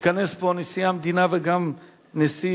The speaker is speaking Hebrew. ייכנס לפה נשיא המדינה וגם נשיא,